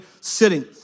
sitting